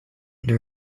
into